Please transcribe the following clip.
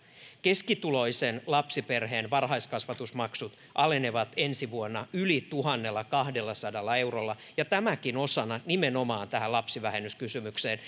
keskituloisen lapsiperheen varhaiskasvatusmaksut alenevat ensi vuonna yli tuhannellakahdellasadalla eurolla tämäkin osana nimenomaan tähän lapsivähennyskysymykseen